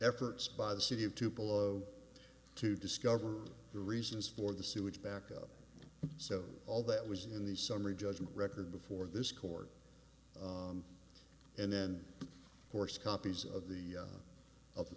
efforts by the city of tupelo to discover the reasons for the sewage back up so all that was in the summary judgment record before this court and then of course copies of the of the